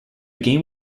game